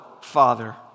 Father